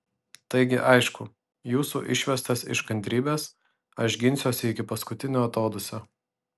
taigi aišku jūsų išvestas iš kantrybės aš ginsiuosi iki paskutinio atodūsio